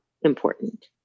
important